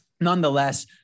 Nonetheless